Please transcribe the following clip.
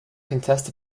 contest